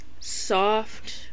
soft